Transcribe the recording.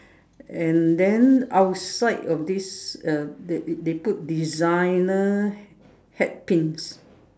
and then outside of this uh they they put designer hat pins